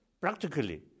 practically